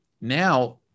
now